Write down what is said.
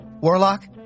Warlock